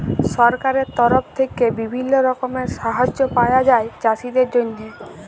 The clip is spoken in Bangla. সরকারের তরফ থেক্যে বিভিল্য রকমের সাহায্য পায়া যায় চাষীদের জন্হে